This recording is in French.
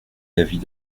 l’avis